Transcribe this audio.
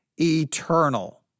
eternal